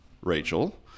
Rachel